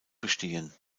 bestehen